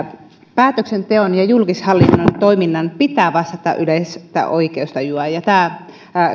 päätöksenteon ja julkishallinnon toiminnan pitää vastata yleistä oikeustajua ja tämä